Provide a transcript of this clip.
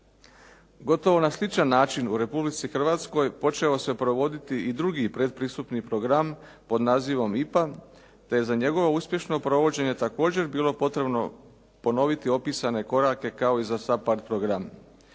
Gotovo na sličan način u Republici Hrvatskoj počeo se provoditi i drugi pretpristupni program pod nazivom IPA te je za njegovo uspješno provođenje također bilo potrebno ponoviti opisane korake kao i za SAPARD program.